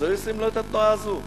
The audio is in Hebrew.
אז היו עושים לו את התנועה הזו,